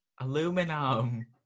Aluminum